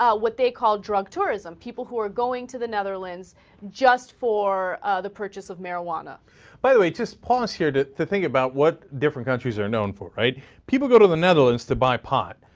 ah what they call drug tourism people who are going to the netherlands just for of the purchase of marijuana by the late response here that the thing about what different countries are known for right people go to the netherlands the by part